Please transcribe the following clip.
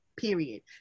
Period